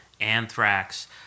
Anthrax